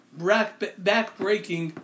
back-breaking